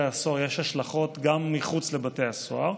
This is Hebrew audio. הסוהר יש השלכות גם מחוץ לבתי הסוהר,